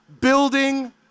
building